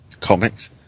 comics